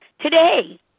today